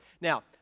Now